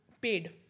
paid